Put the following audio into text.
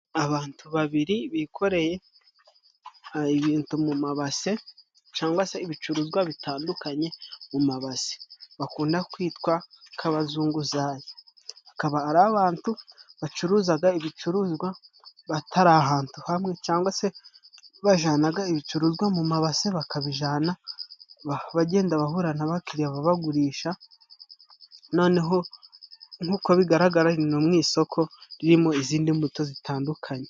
Abantu babiri bikoreye ibintu mu mabase cangwa se ibicuruzwa bitandukanye mu mabasi bakunda kwitwa nk'abazunguzayi ,bakaba ari abantu bacuruzaga ibicuruzwa batari ahantu hamwe cangwa se bajanaga ibicuruzwa mu mabase bakabijana bagenda bahura n'abakiriya babagurisha, noneho nk'uko bigaragara ni no mu isoko ririmo izindi mbuto zitandukanye.